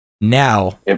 Now